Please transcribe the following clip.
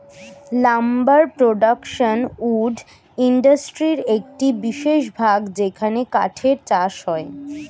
lumber production wood ইন্ডাস্ট্রির একটি বিশেষ ভাগ যেখানে কাঠের চাষ হয়